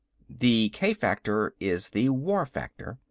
the k-factor is the war factor,